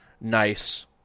nice